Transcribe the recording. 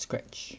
scratch